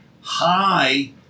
high